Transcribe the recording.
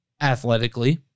athletically